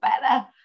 better